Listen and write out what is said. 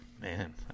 Man